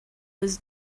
was